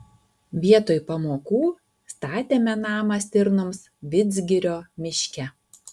vietoj pamokų statėme namą stirnoms vidzgirio miške